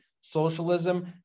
socialism